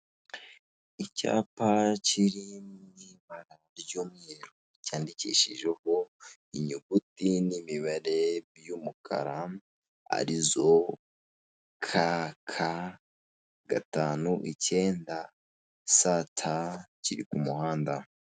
Icyapa kiri mu ibara ry'umweru cyandikishijeho inyuguti n'imibare y'umukara arizo kaka gatanu icyenda sata kiri ku muhanda.